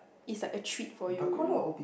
is like a treat for you you know